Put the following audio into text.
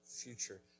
future